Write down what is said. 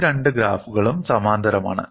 ഈ രണ്ട് ഗ്രാഫുകളും സമാന്തരമാണ്